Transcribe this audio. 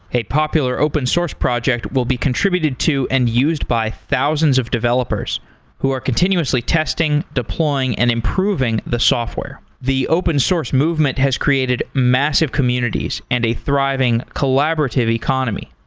a popular open source project will be contributed to and used by thousands of developers who are continuously testing, deploying and improving the software. the open source movement has created massive communities and a thriving collaborative economy.